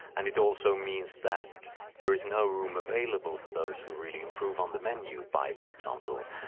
and it also means that there is no room available for those who really improve on the menu, by, for example,